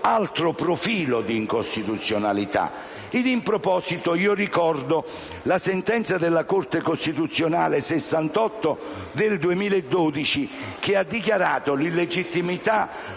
altro profilo d'incostituzionalità. In proposito, ricordo la sentenza della Corte costituzionale n. 68 del 2012, che ha dichiarato l'illegittimità